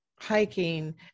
hiking